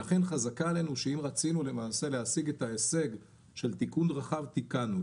לכן חזקה עלינו שאם רצינו להשיג את ההישג של תיקון רחב תיקנו.